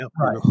right